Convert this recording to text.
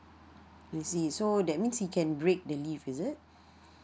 I see so that means he can break the leave is it